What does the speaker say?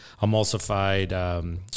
emulsified